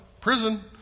prison